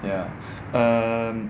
ya um